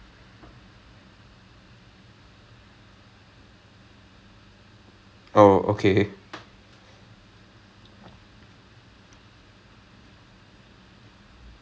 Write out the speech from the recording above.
I just don't know like I just found out about this thing called U_I U_X னு சொல்லிட்டு ஏதோ ஒன்னு இருக்கா:nu sollittu aetho onnu irukkaa and apparently where it's a field were specifically designed for user interface markup